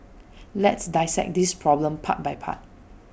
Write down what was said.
let's dissect this problem part by part